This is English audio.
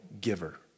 giver